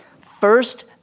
First